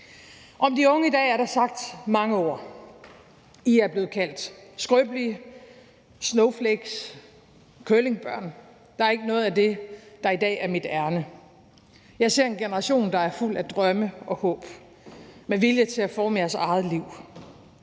Om de unge i dag er der sagt mange ord. I er blevet kaldt skrøbelige, snowflakes, curlingbørn. Der er ikke noget af det, der i dag er mit ærinde. Jeg ser en generation, der er fuld af drømme og håb og med vilje til at forme sit eget liv.